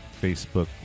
Facebook